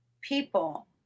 people